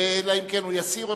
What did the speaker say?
אלא אם כן הוא יסיר אותה,